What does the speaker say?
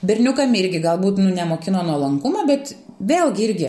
berniukam irgi galbūt nu nemokino nuolankumo bet vėlgi irgi